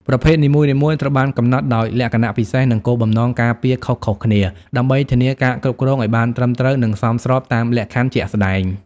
ប្រភេទនីមួយៗត្រូវបានកំណត់ដោយលក្ខណៈពិសេស និងគោលបំណងការពារខុសៗគ្នា ដើម្បីធានាការគ្រប់គ្រងឱ្យបានត្រឹមត្រូវ និងសមស្របតាមលក្ខខណ្ឌជាក់ស្តែង។